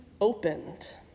opened